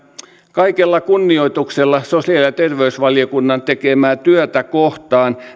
kaikella kunnioituksella sosiaali ja ja terveysvaliokunnan tekemää työtä kohtaan